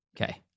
Okay